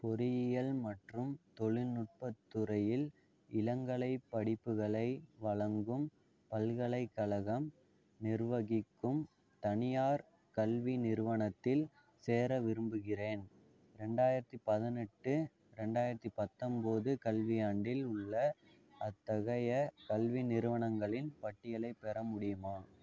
பொறியியல் மற்றும் தொழில்நுட்ப துறையில் இளங்கலை படிப்புகளை வழங்கும் பல்கலைக்கழகம் நிர்வகிக்கும் தனியார் கல்வி நிறுவனத்தில் சேர விரும்புகிறேன் ரெண்டாயிரத்தி பதினெட்டு ரெண்டாயிரத்தி பத்தொம்போது கல்வியாண்டில் உள்ள அத்தகைய கல்வி நிறுவனங்களின் பட்டியலைப் பெற முடியுமா